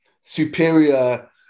superior